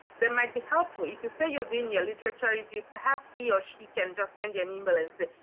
that might be helpful. if you say you're doing your literature review, perhaps he or she can just send you an email and say,